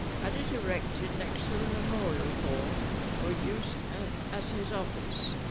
had it erected next to the memorial hall for use as as his office.